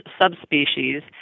subspecies